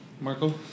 Marco